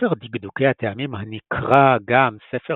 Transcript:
ספר דקדוקי הטעמים, הנקרא גם ספר